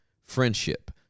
friendship